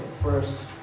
first